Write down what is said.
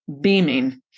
beaming